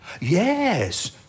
Yes